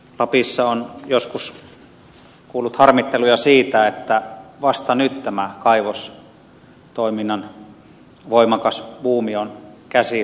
lapissa on joskus kuullut harmitteluja siitä että vasta nyt tämä kaivostoiminnan voimakas buumi on käsillä